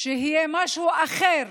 שיהיה משהו אחר